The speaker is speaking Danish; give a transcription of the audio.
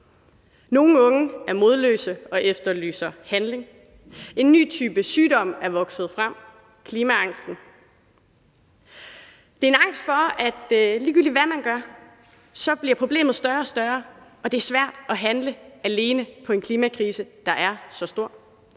Nogle unge er modløse og efterlyser handling. En ny type sygdom er vokset frem: klimaangsten. Det er en angst for, at ligegyldigt hvad man gør, bliver problemet større og større, og det er svært at handle alene på en klimakrise, der er så stor.